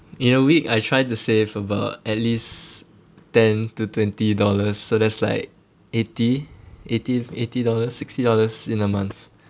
in a week I try to save about at least ten to twenty dollars so that's like eighty eighty eighty dollars sixty dollars in a month